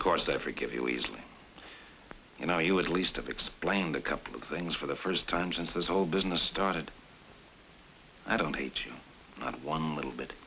my course they forgive you easily and now you at least have explained a couple of things for the first time since this whole business started i don't hate you one little bit